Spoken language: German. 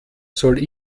soll